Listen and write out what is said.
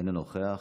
אינו נוכח,